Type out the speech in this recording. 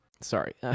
Sorry